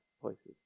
places